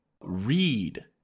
read